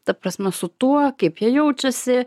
ta prasme su tuo kaip jie jaučiasi